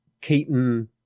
Keaton